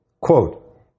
Quote